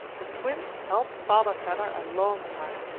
the twins helped father vedder a long time.